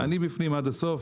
אני בפנים עד הסוף,